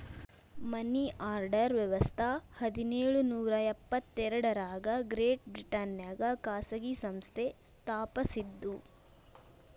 ಮನಿ order ವ್ಯವಸ್ಥ ಹದಿನೇಳು ನೂರ ಎಪ್ಪತ್ ಎರಡರಾಗ ಗ್ರೇಟ್ ಬ್ರಿಟನ್ನ್ಯಾಗ ಖಾಸಗಿ ಸಂಸ್ಥೆ ಸ್ಥಾಪಸಿದ್ದು